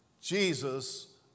Jesus